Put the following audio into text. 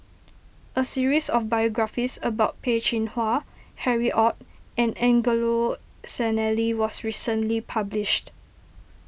a series of biographies about Peh Chin Hua Harry Ord and Angelo Sanelli was recently published